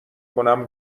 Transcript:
کنم